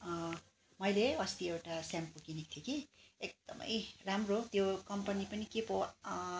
मैले अस्ति एउटा सेम्पू किनेको थिएँ कि एकदमै राम्रो त्यो कम्पनी पनि के पो